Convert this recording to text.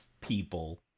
people